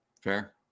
Fair